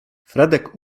fredek